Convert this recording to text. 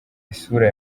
isura